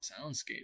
Soundscape